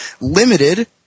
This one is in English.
Limited